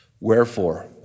Wherefore